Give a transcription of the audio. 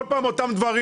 כל פעם אותם דברים.